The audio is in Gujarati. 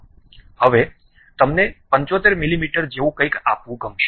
હવે તમને 75 મીલીમીટર જેવું કંઈક આપવું ગમશે